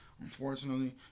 unfortunately